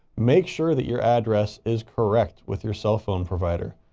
make sure that your address is correct with your cell phone provider.